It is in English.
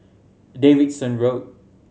Davidson Road